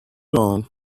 long